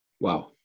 Wow